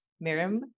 miriam